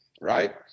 Right